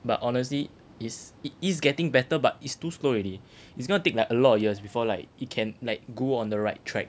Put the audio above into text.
but honestly is it is getting better but is too slow already it's gonna take a lot of years before like it can like go on the right track